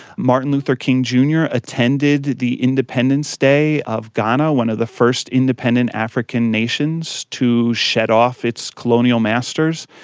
martin luther king jr attended the independence day of ghana, one of the first independent african nations to shed off its colonial masters.